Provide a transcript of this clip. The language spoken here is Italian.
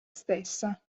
stessa